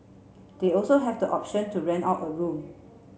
they also have the option to rent out a room